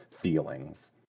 feelings